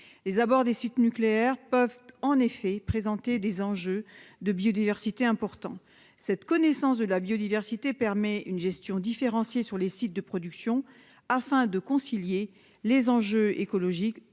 Les abords des sites nucléaires peuvent en effet présenter des enjeux de biodiversité importants. Cette connaissance de la biodiversité permet une gestion différenciée sur les sites de production, afin de concilier les enjeux écologiques